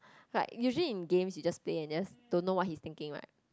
like usually in games you just play and just don't know what he's thinking right